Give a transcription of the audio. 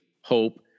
hope